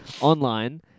online